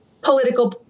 political